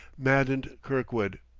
maddened kirkwood.